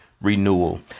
renewal